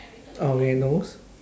okay nose